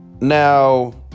now